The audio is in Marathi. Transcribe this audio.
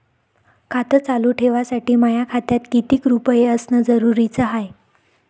खातं चालू ठेवासाठी माया खात्यात कितीक रुपये असनं जरुरीच हाय?